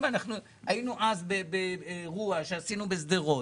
היינו אז באירוע שעשינו בשדרות,